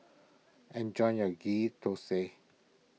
enjoy your Ghee Thosai